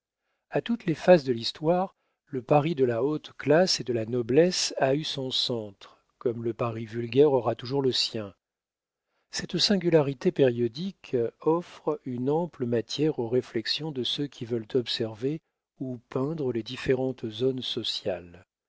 a toutes les phases de l'histoire le paris de la haute classe et de la noblesse a eu son centre comme le paris vulgaire aura toujours le sien cette singularité périodique offre une ample matière aux réflexions de ceux qui veulent observer ou peindre les différentes zones sociales